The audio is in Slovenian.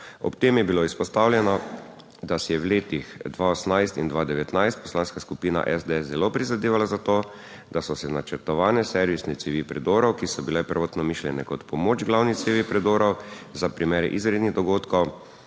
Ob tem je bilo izpostavljeno, da si je v letih 2018 in 2019 Poslanska skupina SDS zelo prizadevala za to, da so se načrtovane servisne cevi predorov, ki so bile prvotno mišljene kot pomoč glavni cevi predorov, za primere izrednih dogodkov